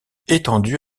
étendu